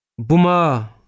buma